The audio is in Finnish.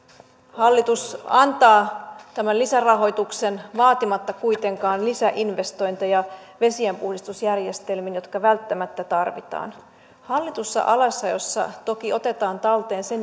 hallitus antaa tämän lisärahoituksen vaatimatta kuitenkaan lisäinvestointeja vesienpuhdistusjärjestelmiin jotka välttämättä tarvitaan hallitussa alasajossa toki otetaan talteen se